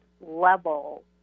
level